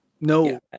No